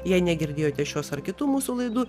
jei negirdėjote šios ar kitų mūsų laidų